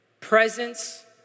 Presence